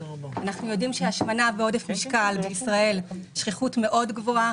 אנחנו יודעים שהשמנה ועודף משקל בישראל נמצאים בשכיחות גבוהה מאוד.